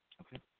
okay